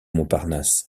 montparnasse